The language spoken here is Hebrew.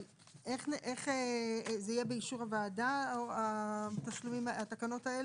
אבל איך, זה יהיה באישור הוועדה התקנות האלה?